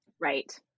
Right